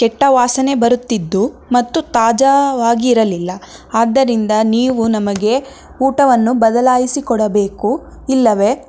ಕೆಟ್ಟ ವಾಸನೆ ಬರುತ್ತಿದ್ದು ಮತ್ತು ತಾಜಾವಾಗಿರಲಿಲ್ಲ ಆದ್ದರಿಂದ ನೀವು ನಮಗೆ ಊಟವನ್ನು ಬದಲಾಯಿಸಿ ಕೊಡಬೇಕು ಇಲ್ಲವೆ